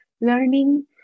learning